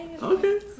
Okay